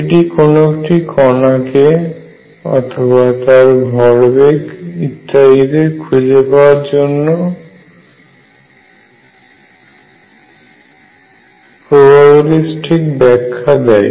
এটি কোন একটি কণাকে অথবা তার ভরবেগ ইত্যাদিদের খুঁজে পাওয়ার ঘটনা গুলির প্রবাবিলিস্টিক ব্যাখ্যা দেয়